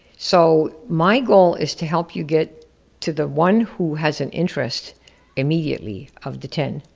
so my goal is to help you get to the one who has an interest immediately of the ten,